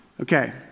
Okay